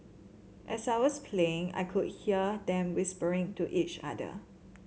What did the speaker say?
as I was playing I could hear them whispering to each other